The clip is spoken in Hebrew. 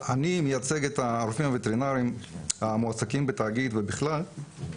אני מייצג את הרופאים הווטרינרים המועסקים בתאגיד ובכלל.